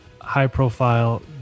high-profile